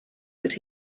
that